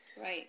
Right